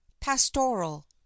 pastoral